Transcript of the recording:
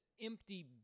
empty